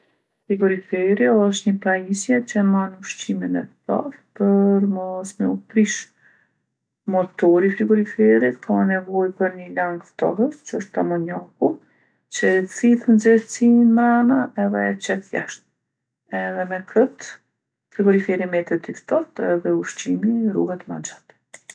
Frigoriferi osht ni pajisje që e man ushqimin e ftoftë për mos me u prishë. Motori i frigoriferit ka nevojë për ni lang ftohës, që ështeë amonjaku, që e thithë nxehtsinë mrena edhe e qet jashtë. Edhe me kët frigoriferi metet i ftohtë edhe ushqimi ruhet ma gjatë.